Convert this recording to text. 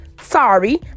Sorry